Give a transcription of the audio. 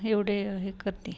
हे एवढे हे करते